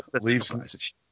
leaves